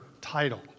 title